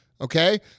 Okay